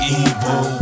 evil